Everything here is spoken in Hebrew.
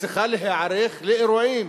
וצריכה להיערך לאירועים.